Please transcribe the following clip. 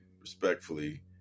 respectfully